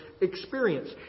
experience